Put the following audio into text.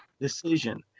decision